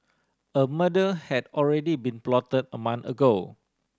a murder had already been plotted a month ago